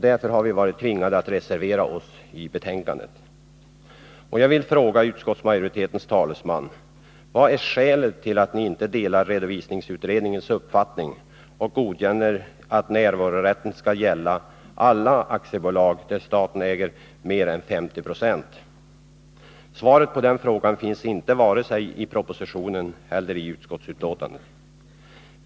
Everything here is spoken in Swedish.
Därför har vi varit tvingade att reservera oss. Jag vill fråga utskottsmajoritetens talesman: Vad är skälet till att ni inte delar redovisningsutredningens uppfattning och godkänner att närvarorätten skall gälla alla aktiebolag, där staten äger mer än 50 96? Svaret på den frågan finns inte vare sig i propositionen eller i utskottsbetänkandet.